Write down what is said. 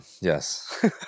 yes